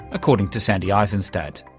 according to sandy isenstadt.